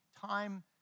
time